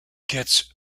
gets